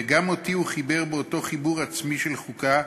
וגם אותי הוא חיבר באותו חיבור עצמי של חוקה,